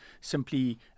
simply